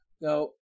Now